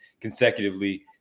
consecutively